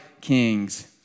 kings